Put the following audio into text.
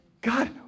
God